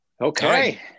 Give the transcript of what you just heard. Okay